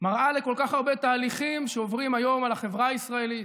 מראה לכל כך הרבה תהליכים שעוברים היום על החברה הישראלית,